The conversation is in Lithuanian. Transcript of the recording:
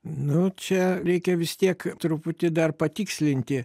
nu čia reikia vis tiek truputį dar patikslinti